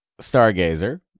stargazer